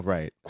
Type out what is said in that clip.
Right